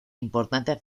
importancia